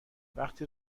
وقتی